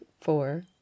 four